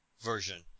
version